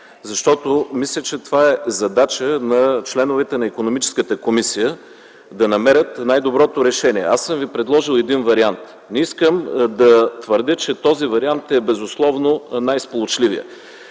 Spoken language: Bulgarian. защото мисля, че това е задача на членовете на Икономическата комисия – да намерят най-доброто решение. Аз съм Ви предложил един вариант. Не искам да твърдя, че този вариант е безусловно най-сполучливият.